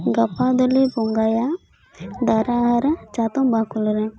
ᱜᱟᱯᱟ ᱫᱚᱞᱮ ᱵᱚᱸᱜᱟᱭᱟ ᱫᱟᱨᱟ ᱦᱟᱨᱟ ᱪᱟᱛᱚᱢ ᱵᱟᱠᱷᱳᱞ ᱨᱮ